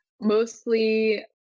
mostly